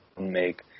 make